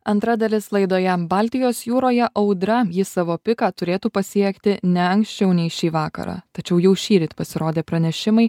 antra dalis laidoje baltijos jūroje audra ji savo piką turėtų pasiekti ne anksčiau nei šį vakarą tačiau jau šįryt pasirodė pranešimai